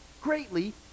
Greatly